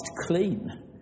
clean